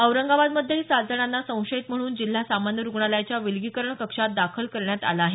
औरंगाबादमध्येही सात जणांना संशयित म्हणून जिल्हा सामान्य रूग्णालयाच्या विलगीकरण कक्षात दाखल करण्यात आलं आहे